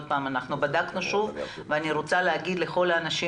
אנחנו בדקנו שוב ואני רוצה להגיד לכל האנשים,